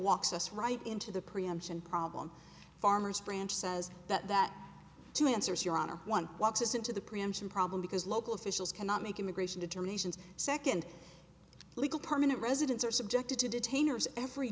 walks us right into the preemption problem farmers branch says that that two answers your honor one walks into the preemption problem because local officials cannot make immigration determinations second legal permanent residents are subjected t